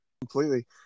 completely